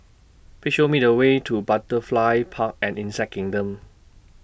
Please Show Me The Way to Butterfly Park and Insect Kingdom